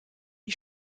die